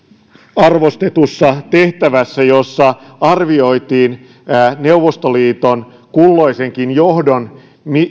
arvostetussa tehtävässä jossa arvioitiin neuvostoliiton kulloisenkin johdon